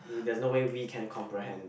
there's no way we can comprehend